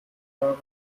fahrrad